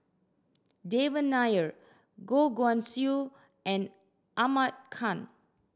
Devan Nair Goh Guan Siew and Ahmad Khan